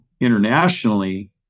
internationally